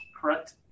correct